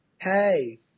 Hey